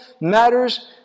matters